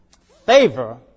favor